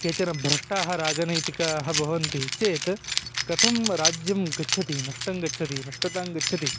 केचन भ्रष्टाः राजनैतिकाः भवन्ति चेत् कथं राज्यं गच्छति नष्टं गच्छति नष्टतां गच्छति